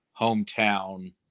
hometown